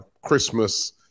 Christmas